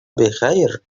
بخير